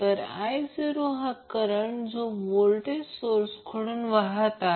तर I0 हा current जो व्होल्टेज सोर्सकडून वाहत आहे